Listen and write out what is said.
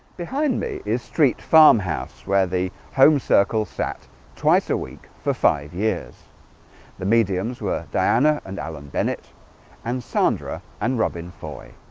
behind me is street farmhouse where the home circle sat twice a week for five years the mediums were diana and alan bennett and sandra and robin foy